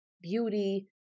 beauty